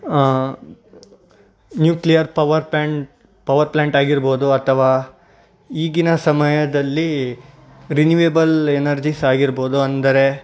nuclear power pant power plant ಆಗಿರ್ಬೋದು ಅಥವಾ ಈಗಿನ ಸಮಯದಲ್ಲಿ ರಿನ್ಯೂವೇಬಲ್ ಎನರ್ಜಿಸ್ ಆಗಿರ್ಬೋದು ಅಂದರೆ